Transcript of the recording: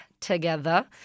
together